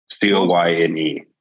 C-O-Y-N-E